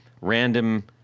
random